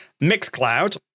Mixcloud